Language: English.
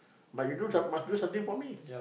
but you do some must do something for me